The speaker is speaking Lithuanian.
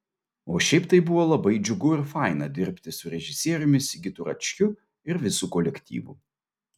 o šiaip tai buvo labai džiugu ir faina dirbti su režisieriumi sigitu račkiu ir visu kolektyvu